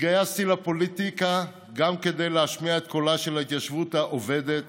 התגייסתי לפוליטיקה גם כדי להשמיע את קולה של ההתיישבות העובדת,